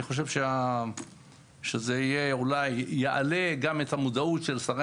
אני חושב שזה יעלה גם את המודעות של שרי